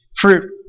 fruit